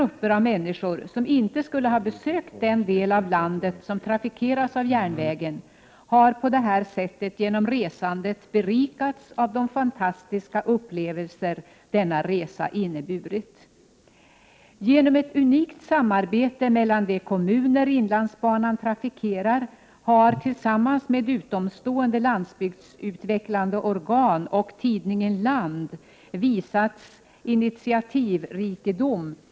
Ett stort antal människor som annars inte skulle ha besökt den del 2 maj 1989 av landet som trafikeras av järnvägen har på detta sätt genom resandet berikats av de fantastiska upplevelser som en sådan här resa inneburit. Genom ett unikt samarbete mellan de kommuner som inlandsbanan trafikerar, och utomstående landsbygdsutvecklande organ samt tidningen Land har stor initiativrikedom visat sig.